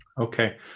okay